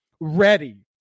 ready